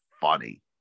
funny